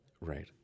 Right